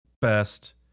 best